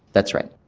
that's right.